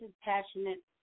passionate